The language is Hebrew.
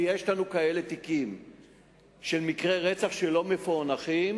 ויש לנו תיקים של מקרי רצח שלא מפוענחים,